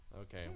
Okay